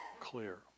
clear